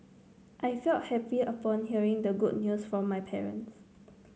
I felt happy upon hearing the good news from my parents